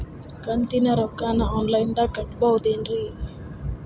ಕಂತಿನ ರೊಕ್ಕನ ಆನ್ಲೈನ್ ದಾಗ ಕಟ್ಟಬಹುದೇನ್ರಿ?